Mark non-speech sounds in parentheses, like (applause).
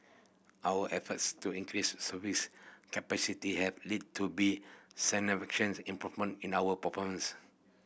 our efforts to (unintelligible) service capacity have led to be significant improvement in our performance